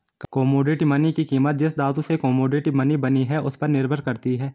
commodity money की कीमत जिस धातु से कोमोडिटी मनी बनी है उस पर निर्भर करती है